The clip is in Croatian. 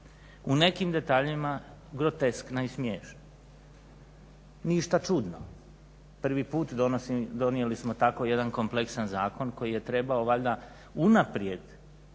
U nekim detaljima groteskna i smiješna. Ništa čudno. Prvi puta donijeli smo tako jedan kompleksan zakon koji je trebao valjda unaprijed